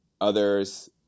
others